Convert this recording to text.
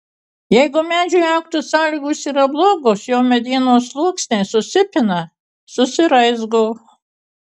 jeigu medžiui augti sąlygos yra blogos jo medienos sluoksniai susipina susiraizgo